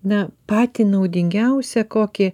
na patį naudingiausią kokį